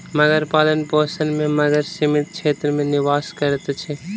मगर पालनपोषण में मगर सीमित क्षेत्र में निवास करैत अछि